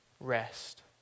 rest